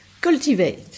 cultivate